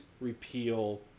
repeal